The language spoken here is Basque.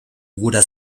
gura